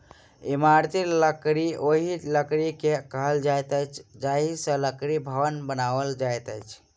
इमारती लकड़ी ओहि लकड़ी के कहल जाइत अछि जाहि लकड़ी सॅ भवन बनाओल जाइत अछि